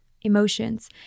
emotions